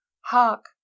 Hark